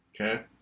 Okay